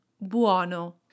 buono